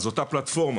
אז אותה פלטפורמה